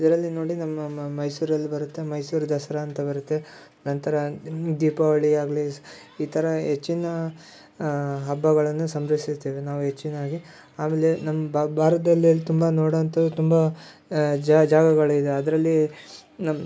ಇದರಲ್ಲಿ ನೋಡಿ ನಮ್ಮ ಮೈಸೂರಲ್ಲಿ ಬರುತ್ತೆ ಮೈಸೂರು ದಸರಾ ಅಂತ ಬರುತ್ತೆ ನಂತರ ಇನ್ನು ದೀಪಾವಳಿ ಆಗಲಿ ಈ ಥರ ಹೆಚ್ಚಿನ ಹಬ್ಬಗಳನ್ನು ಸಂಬ್ರೈಸುತ್ತೇವೆ ನಾವು ಹೆಚ್ಚಿನಾಗಿ ಆಮೇಲೆ ನಮ್ಮ ಭಾರತದಲ್ಲಿ ಅಲ್ಲಿ ತುಂಬ ನೋಡೋ ಅಂಥವು ತುಂಬ ಜಾಗಗಳಿದೆ ಅದರಲ್ಲಿ ನಮ್ಮ